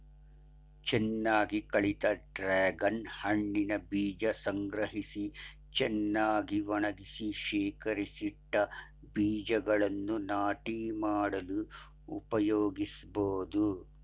ಚೆನ್ನಾಗಿ ಕಳಿತ ಡ್ರಾಗನ್ ಹಣ್ಣಿನ ಬೀಜ ಸಂಗ್ರಹಿಸಿ ಚೆನ್ನಾಗಿ ಒಣಗಿಸಿ ಶೇಖರಿಸಿಟ್ಟ ಬೀಜಗಳನ್ನು ನಾಟಿ ಮಾಡಲು ಉಪಯೋಗಿಸ್ಬೋದು